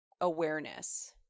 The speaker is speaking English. awareness